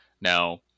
Now